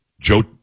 Joe